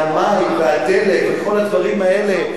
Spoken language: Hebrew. והמים, והדלק, וכל הדברים האלה.